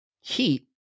heat